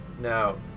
Now